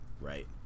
right